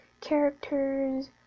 characters